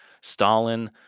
Stalin